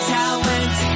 talent